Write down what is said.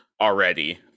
already